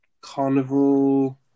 Carnival